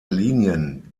linien